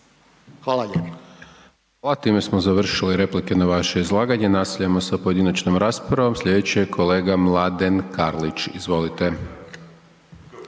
(SDP)** A time smo završili replike na vaše izlaganje. Nastavljamo sa pojedinačnom raspravom, slijedeći je kolega Mladen Karlić, izvolite.